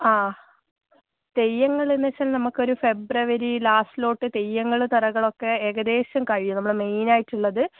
ആ തെയ്യങ്ങളെന്ന് വെച്ചാൽ നമുക്കൊരു ഫെബ്രുവരി ലാസ്റ്റിലോട്ട് തെയ്യങ്ങൾ തിറകളൊക്കെ ഏകദേശം കഴിയും നമ്മുടെ മെയിൻ ആയിട്ടുള്ളത്